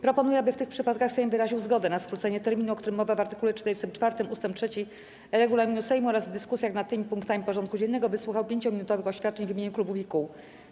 Proponuję, aby w tych przypadkach Sejm wyraził zgodę na skrócenie terminu, o którym mowa w art. 44 ust. 3 regulaminu Sejmu, oraz w dyskusjach nad tymi punktami porządku dziennego wysłuchał 5-minutowych oświadczeń w imieniu klubów i kół.